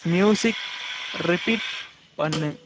music repeat பண்ணு